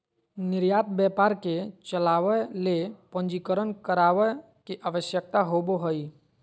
निर्यात व्यापार के चलावय ले पंजीकरण करावय के आवश्यकता होबो हइ